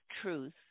truth